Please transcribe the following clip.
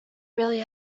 really